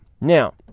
Now